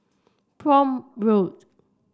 Prome Road